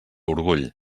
orgull